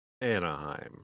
Anaheim